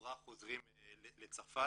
שלכאורה חוזרים לצרפת.